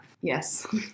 Yes